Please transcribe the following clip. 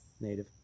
Native